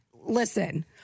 listen